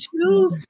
two